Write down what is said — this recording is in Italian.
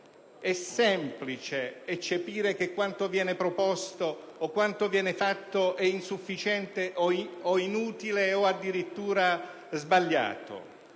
è semplice eccepire che quanto viene proposto o quanto viene fatto è insufficiente o inutile o addirittura sbagliato.